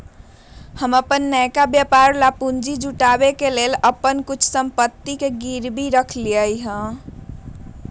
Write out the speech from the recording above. हम अप्पन नयका व्यापर लेल पूंजी जुटाबे के लेल अप्पन कुछ संपत्ति के गिरवी ध देलियइ ह